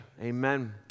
Amen